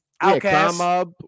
Outcast